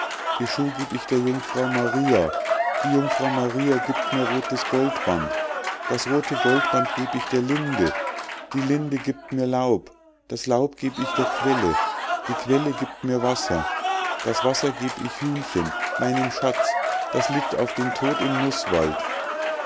die schuh geb ich der jungfrau maria die jungfrau maria giebt mir rothes goldband das rothe goldband geb ich der linde die linde giebt mir laub das laub geb ich der quelle die quelle giebt mir wasser das wasser geb ich hühnchen meinem schatz das liegt auf den tod im nußwald